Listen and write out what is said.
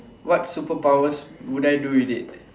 what superpowers would I do with it